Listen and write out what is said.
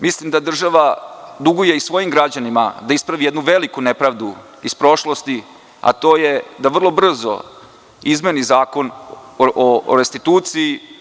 Mislim da država duguje i svojim građanima da ispravi jednu veliku nepravdu iz prošlosti, a to je da vrlo brzo izmeni Zakon o restituciji.